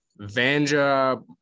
Vanja